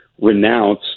renounce